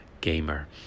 gamer